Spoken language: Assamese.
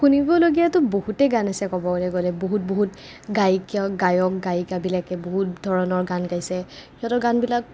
শুনিবলগীয়াতো বহুতে গান আছে ক'বলৈ গ'লে বহুত বহুত গায়িকা গায়ক গায়িকাবিলাকে বহুত ধৰণৰ গান গাইছে সিহঁতৰ গানবিলাক